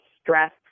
stress